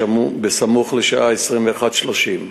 סמוך לשעה 21:30,